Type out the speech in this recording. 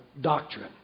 doctrine